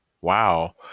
wow